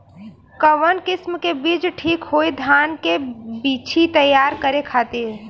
कवन किस्म के बीज ठीक होई धान के बिछी तैयार करे खातिर?